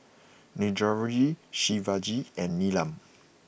Niraj Shivaji and Neelam